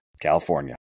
California